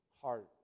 heart